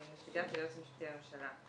אני נציגה של היועץ המשפטי לממשלה,